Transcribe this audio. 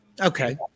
Okay